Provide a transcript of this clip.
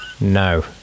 No